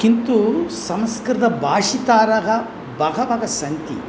किन्तु संस्कृतभाषितारः बहवः सन्ति